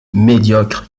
médiocre